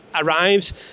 arrives